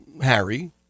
Harry